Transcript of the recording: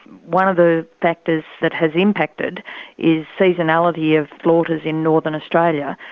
one of the factors that has impacted is seasonality of slaughters in northern australia.